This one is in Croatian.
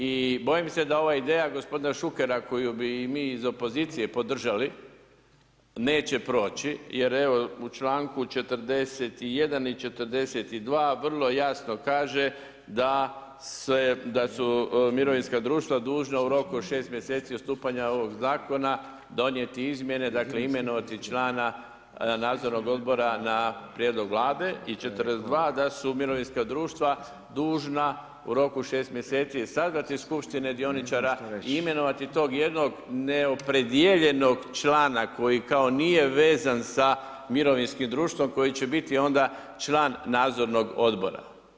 I bojim se da ova ideja gospodina Šukera, koju bi mi iz opozicije podržali, neće proći, jel evo u članku 41. i 42. vrlo jasno kaže da se, da su mirovinska društva dužna u roku od 6 mjeseci od stupanja ovog zakona donijeti izmjene, dakle imenovati člana nadzornog odbora na prijedlog Vlade i 42. da su mirovinska društva dužna u roku 6 mjeseci sazvati skupštine dioničara i imenovati tog jednog neopredijeljenog člana koji kao nije vezan sa mirovinskim društvom koji će biti onda član nadzornog odbora.